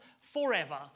forever